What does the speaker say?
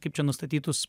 kaip čia nustatytus